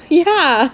ya